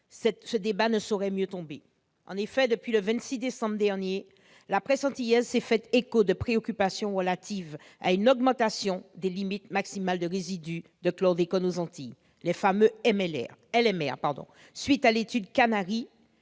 Ce texte ne saurait mieux tomber. En effet, depuis le 26 décembre dernier, la presse antillaise s'est fait l'écho de préoccupations relatives à une augmentation des limites maximales de résidus de chlordécone aux Antilles, les fameuses LMR, à la suite de l'étude « Kannari